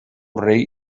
rei